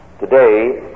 Today